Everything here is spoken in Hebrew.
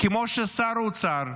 כמו ששר האוצר,